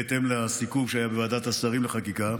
בהתאם לסיכום שהיה בוועדת השרים לחקיקה.